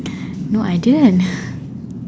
no I didn't